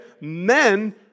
men